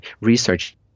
research